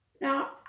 Now